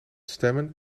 stemmen